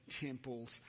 temples